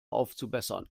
aufzubessern